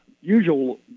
usual